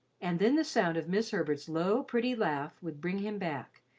and then the sound of miss herbert's low, pretty laugh would bring him back,